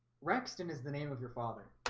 rexton is the name of your father